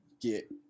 get